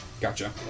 Gotcha